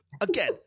Again